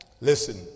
Listen